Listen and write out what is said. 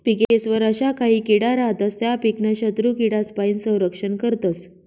पिकेस्वर अशा काही किडा रातस त्या पीकनं शत्रुकीडासपाईन संरक्षण करतस